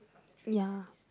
ya